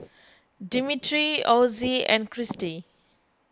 Dimitri Ozzie and Cristy